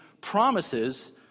promises